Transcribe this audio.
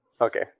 Okay